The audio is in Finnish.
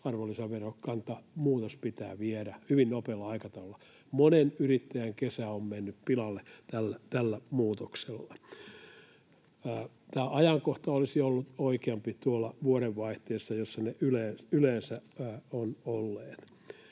arvonlisäverokantamuutos pitää viedä hyvin nopealla aikataululla. Monen yrittäjän kesä on mennyt pilalle tällä muutoksella. Tämä ajankohta olisi ollut oikeampi tuolla vuodenvaihteessa, jossa ne yleensä ovat olleet.